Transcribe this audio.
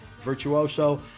virtuoso